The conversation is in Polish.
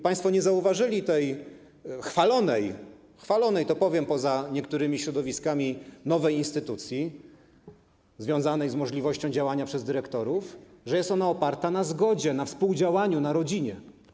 Państwo nie zauważyli tej nowej - chwalonej, to powiem, poza niektórymi środowiskami - instytucji związanej z możliwością działania przez dyrektorów, która jest oparta na zgodzie, na współdziałaniu, na rodzinie.